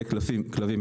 צוהריים טובים.